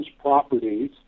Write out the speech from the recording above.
properties